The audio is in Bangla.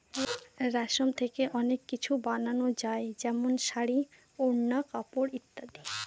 রেশম থেকে অনেক কিছু বানানো যায় যেমন শাড়ী, ওড়না, কাপড় ইত্যাদি